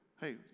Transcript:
hey